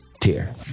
tier